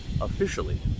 officially